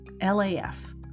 L-A-F